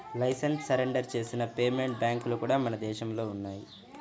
licence surrender చేసిన payment బ్యాంక్లు కూడా మన దేశంలో ఉన్నయ్యి